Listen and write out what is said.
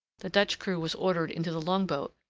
the dutch crew was ordered into the longboat,